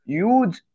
huge